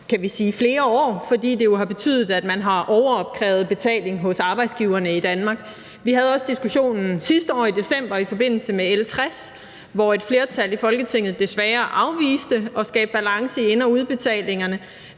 flere år, fordi det jo har betydet, at man har overopkrævet betaling hos arbejdsgiverne i Danmark. Vi havde også diskussionen sidste år i december i forbindelse med L 60, hvor et flertal i Folketinget desværre afviste at skabe balance i ind- og udbetalingerne.